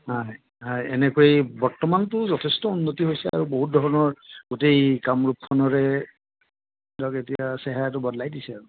হাঁ হয় এনেকুৱাই বৰ্তমানটো যথেষ্ট উন্নতি হৈছে আৰু বহুত ধৰণৰ গোটেই কামৰূপখনৰে ধৰক এতিয়া চেহেৰাটো বদলাই দিছে আৰু